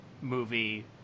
movie